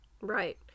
Right